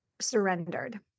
surrendered